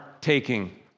taking